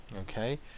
Okay